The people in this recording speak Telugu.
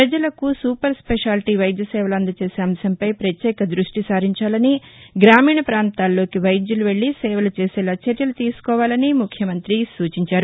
ప్రజలకు సూపర్ స్పెషాలిటీ వైద్య సేవలు అందజేసే అంశంపై పత్యేక దృష్టి సారించాలని గ్రామీణ ప్రాంతాల్లోకి వైద్యులు వెళ్లి సేవలు చేసేలా చర్యలు తీసుకోవాలని ముఖ్యమంతి సూచించారు